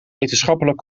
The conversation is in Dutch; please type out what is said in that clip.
wetenschappelijk